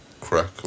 crack